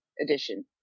edition